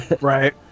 Right